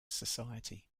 society